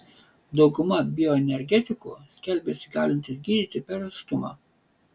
dauguma bioenergetikų skelbiasi galintys gydyti per atstumą